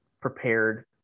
prepared